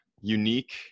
unique